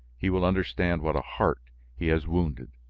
he will understand what a heart he has wounded,